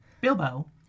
bilbo